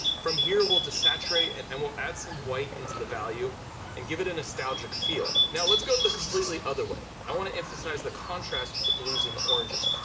from here we'll de-saturate and and we'll add some white into the value and give it a nostalgic feel. now let's go to the completely other way. i wanna emphasize the contrast with the blues and the oranges.